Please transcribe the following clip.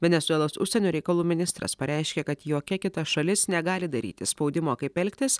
venesuelos užsienio reikalų ministras pareiškė kad jokia kita šalis negali daryti spaudimo kaip elgtis